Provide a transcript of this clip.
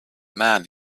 man